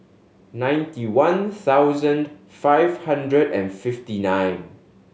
ninety one thousand five hundred and fifty nine